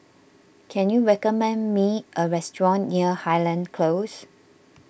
can you recommend me a restaurant near Highland Close